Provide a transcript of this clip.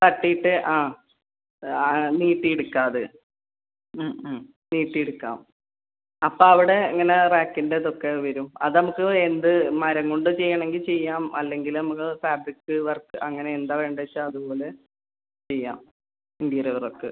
തട്ടിയിട്ട് ആ ആ നീട്ടി എടുക്കാം അത് ഉം ഉം നീട്ടി എടുക്കാം അപ്പം അവിടെ ഇങ്ങനെ റാക്കിൻറെ ഇതൊക്കെ വരും അത് നമുക്ക് എന്ത് മരം കൊണ്ട് ചെയ്യണമെങ്കിൽ ചെയ്യാം അല്ലെങ്കിൽ നമുക്ക് ഫാബ്രിക് വർക്ക് അങ്ങനെ എന്താണ് വേണ്ടത് വെച്ചാൽ അതുപോലെ ചെയ്യാം ഇൻറീരിയറ് വർക്ക്